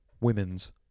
women's